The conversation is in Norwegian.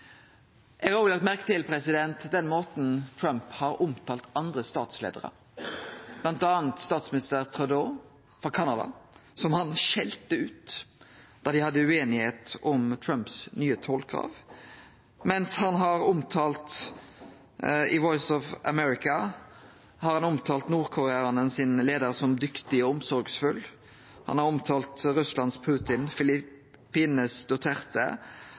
har òg lagt merke til den måten Trump har omtalt andre statsleiarar på, bl.a. statsminister Trudeau frå Canada, som han skjelte ut da dei hadde ueinigheit om Trumps nye tollkrav, mens han i Voice of America har omtalt nordkoreanaranes leiar som dyktig og omsorgsfull. Og han har omtalt Russlands Putin